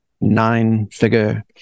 nine-figure